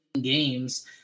games